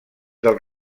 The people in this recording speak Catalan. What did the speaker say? del